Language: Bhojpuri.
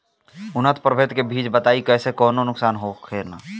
उन्नत प्रभेद के बीज बताई जेसे कौनो नुकसान न होखे?